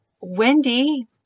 Wendy